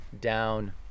down